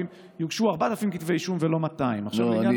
יוגשו 4,000 כתבי אישום ולא 200. לא.